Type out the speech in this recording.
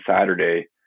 Saturday